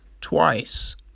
twice